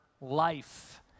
life